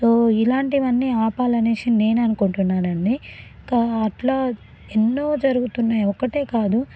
so ఇలాంటివన్నీ ఆపాలి అనేసి నేను అనుకుంటున్నానండి కా అట్లా ఎన్నో జరుగుతున్నాయి ఒకటే కాదు